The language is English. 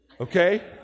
okay